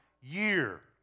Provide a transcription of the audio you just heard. year